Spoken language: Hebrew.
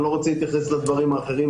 אני לא רוצה להתייחס לדברים האחרים.